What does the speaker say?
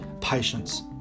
patience